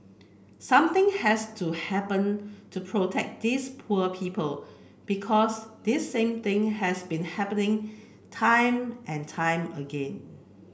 something has to happen to protect these poor people because this same thing has been happening time and time again